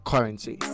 Currency